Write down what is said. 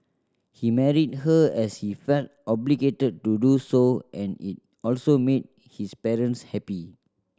he married her as he felt obligated to do so and it also made his parents happy